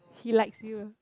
he likes you